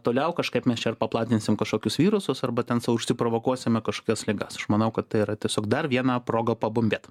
toliau kažkaip mes čia ar praplatinsim kažkokius virusus arba ten sau užsiprovokuosime kažkas ligas aš manau kad tai yra tiesiog dar viena proga pabumbėt